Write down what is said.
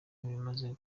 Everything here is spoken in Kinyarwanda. bimaze